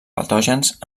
patògens